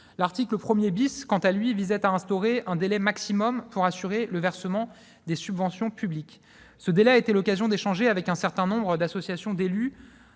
L'article 1 , quant à lui, visait à instaurer un délai maximal pour assurer le versement des subventions publiques. La discussion autour de ce délai a été l'occasion d'échanger avec un certain nombre d'associations d'élus